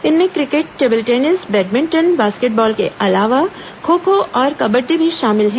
इनमें cricket table tennis badminton basketball के अलावा खो खो और कबड्डी भी शामिल हैं